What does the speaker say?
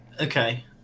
okay